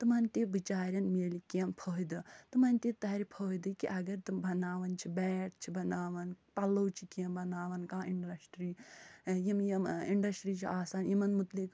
تِمن تہِ بِچارٮ۪ن مِلہِ کیٚنٛہہ فٲہدٕ تِمن تہِ ترِ فٲہدٕ کہِ اگر تِم بَناوان چھِ بیٹ چھِ بَناوان پَلو چھِ کیٚنٛہہ بَناوان کانٛہہ اِنڈسٹرٛی یِم یِم اِنڈسٹرٛی چھِ آسان یِمن متٮعلق